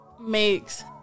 makes